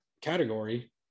category